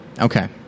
Okay